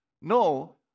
No